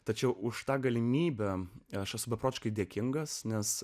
tačiau už tą galimybę nešas beprotiškai dėkingas nes